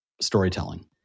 storytelling